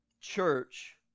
church